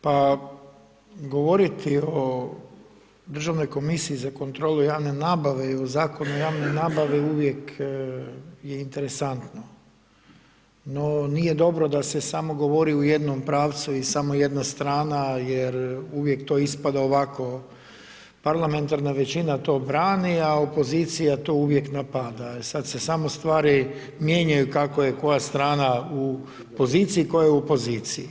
Pa govoriti o Državnoj komisiji za kontrolu javne nabave i o Zakonu o javnoj nabavi, uvijek je interesantno no nije dobro da se samo govori u jednom pravcu i samo jedna strana jer uvijek to ispada ovako parlamentarna većina to brani a opozicija to uvijek napada, sad se samo stvari mijenjaju kako je koja strana u poziciji, tko je opoziciji.